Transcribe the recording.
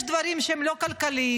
יש דברים שהם לא כלכליים,